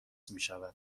میشود